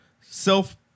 self